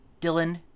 Dylan